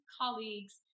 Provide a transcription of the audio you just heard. colleagues